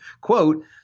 quote